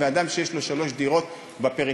ואדם שיש לו שלוש דירות בפריפריה,